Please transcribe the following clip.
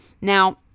now